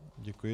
Děkuji.